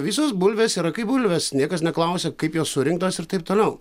visos bulvės yra kaip bulvės niekas neklausia kaip jos surinktos ir taip toliau